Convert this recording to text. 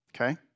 okay